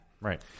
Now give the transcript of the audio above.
Right